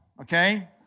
okay